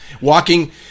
walking